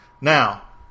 now